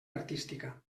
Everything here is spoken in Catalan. artística